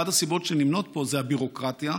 אחת הסיבות שנמנות פה זו הביורוקרטיה,